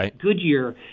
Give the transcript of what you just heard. Goodyear